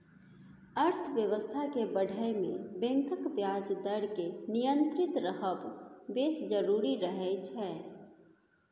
अर्थबेबस्था केँ बढ़य मे बैंकक ब्याज दर केर नियंत्रित रहब बेस जरुरी रहय छै